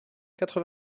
quatre